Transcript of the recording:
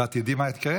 ואת תדעי מה יקרה?